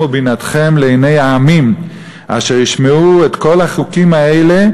ובינתכם לעיני העמים אשר ישמעון את כל החקים האלה"